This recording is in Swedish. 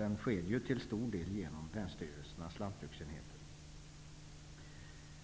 Den sker till stor del genom länsstyrelsernas lantbruksenheter.